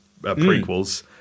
prequels